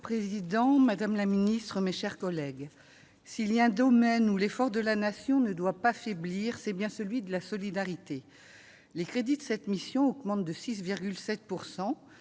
Monsieur le président, madame la secrétaire d'État, mes chers collègues, s'il y a un domaine, où l'effort de la Nation ne doit pas faiblir, c'est bien celui de la solidarité. Les crédits de cette mission augmentent de 6,7